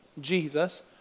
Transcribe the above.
Jesus